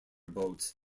boats